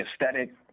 aesthetic